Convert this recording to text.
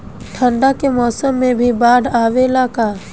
ठंडा के मौसम में भी बाढ़ आवेला का?